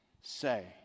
say